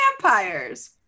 vampires